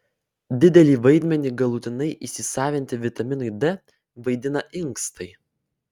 didelį vaidmenį galutinai įsisavinti vitaminui d vaidina inkstai